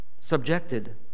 subjected